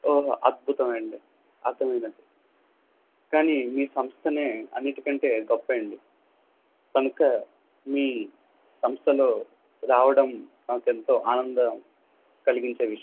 అద్భుతం అండి అర్థమైంది అండి కానీ మీ సంస్థనే అన్నిటి కంటే గొప్ప అండి కనుక మీ సంస్థలో రావడం నాకు ఎంతో ఆనందం కలిగించే విషయం